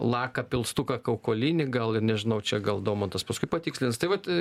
laka pilstuką kaukolinį gal ir nežinau čia gal daumantas paskui patikslins tai vat